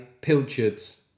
pilchards